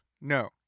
No